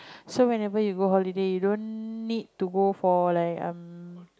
so whenever you go holiday you don't need to go for like um